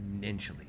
exponentially